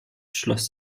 schloss